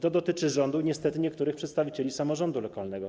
To dotyczy rządu i, niestety, niektórych przedstawicieli samorządu lokalnego.